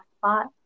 spot